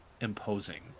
imposing